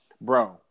bro